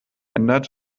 ändert